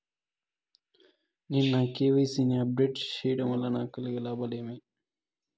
నేను నా కె.వై.సి ని అప్ డేట్ సేయడం వల్ల నాకు కలిగే లాభాలు ఏమేమీ?